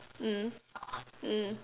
mm mm